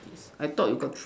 I thought you got three